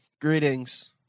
Greetings